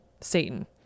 satan